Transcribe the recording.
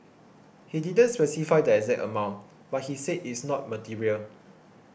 he didn't specify the exact amount but he said it's not material